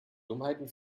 dummheiten